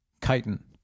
chitin